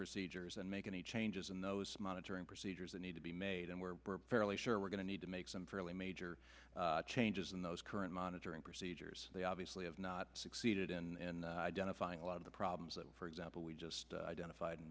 procedures and make any changes in those monitoring procedures that need to be made and we're fairly sure we're going to need to make some fairly major changes in those current monitoring procedures they obviously have not succeeded in identifying a lot of the problems that for example we just identified